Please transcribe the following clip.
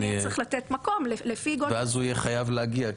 יהיה צריך לתת מקום לפי גודל -- ואז הוא יהיה חייב להגיע,